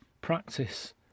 practice